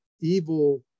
evil